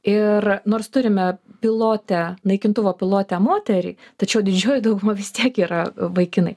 ir nors turime pilotę naikintuvo pilotę moterį tačiau didžioji dauguma vis tiek yra vaikinai